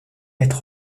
être